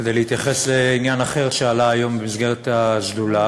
כדי להתייחס לעניין אחר שעלה היום במסגרת השדולה